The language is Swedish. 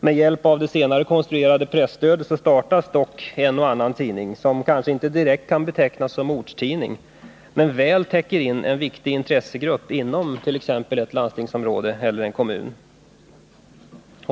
Med hjälp av det senare konstruerade presstödet startas dock en och annan tidning — som kanske inte direkt kan betecknas som ortstidning, men som väl täcker in en viktig intressegrupp inom t.ex. ett landstingsområde eller en kommun.